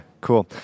cool